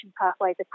pathways